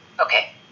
Okay